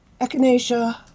echinacea